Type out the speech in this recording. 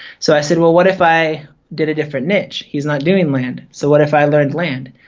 so i said, well, what if i did a different niche? he's not doing land, so what if i learned land?